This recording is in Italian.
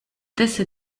teste